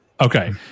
Okay